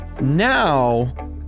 Now